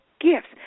gifts